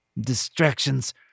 Distractions